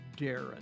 Darren